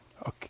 Okay